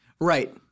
Right